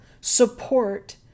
support